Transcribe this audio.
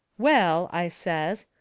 well, i says,